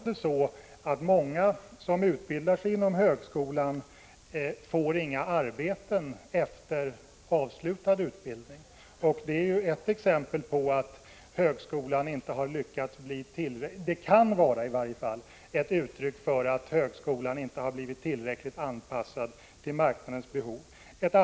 Herr talman! Låt mig ta två exempel som svar till Bo Hammar. För det första: Tyvärr är det fortfarande så att många som utbildar sig inom högskolan inte får arbete efter avslutad utbildning. Det kan vara ett uttryck för att högskolan inte är tillräckligt anpassad till marknadens behov.